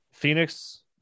Phoenix